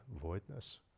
voidness